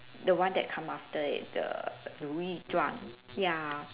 the one that come after it the the we drunk ya